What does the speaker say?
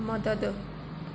मदद